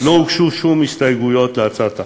לא הוגשו שום הסתייגויות להצעת החוק.